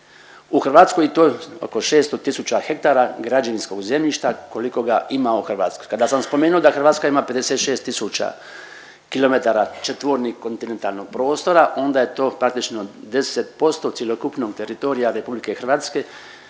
u Hrvatskoj i to je oko 600 000 ha građevinskog zemljišta koliko ga ima u Hrvatskoj. Kada sam spomenuo da Hrvatska ima 56000 km četvornih kontinentalnog prostora onda je to praktično 10% cjelokupnog teritorija Republike Hrvatske